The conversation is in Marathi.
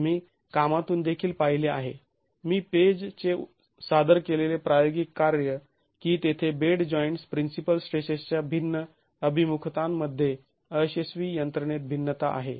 आम्ही कामातून देखिल पाहिले आहे मी पेज चे सादर केलेले प्रायोगिक कार्य की तेथे बेड जॉइंट्स प्रिन्सिपल स्ट्रेसेसच्या भिन्न अभिमुखतांमध्ये अयशस्वी यंत्रणेत भिन्नता आहे